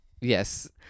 Yes